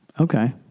Okay